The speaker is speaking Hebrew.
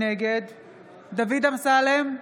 נגד דוד אמסלם,